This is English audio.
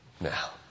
Now